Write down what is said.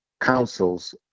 councils